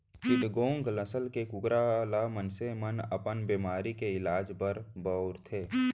चिटगोंग नसल के कुकरा ल मनसे मन अपन बेमारी के इलाज बर बउरथे